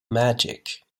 magic